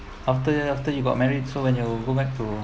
after after you got married so when you go back to